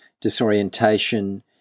disorientation